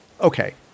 okay